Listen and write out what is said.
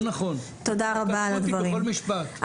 לא נכון, קטעו אותי בכל משפט.